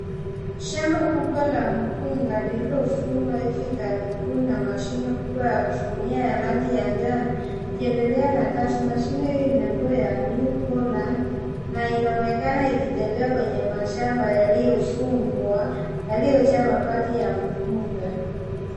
Shamba kubwa la mpunga lililovunwa hivi karibuni na mashine kubwa ya kuvunia ya rangi ya njano ikiendelea na kazi. Mashine hiyo ina nembo ya New Holland na inaonekana ikitembea kwenye mashamba yaliyovunwa yaliyojaa mabaki ya mpunga.